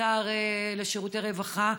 לשר לשירותי רווחה.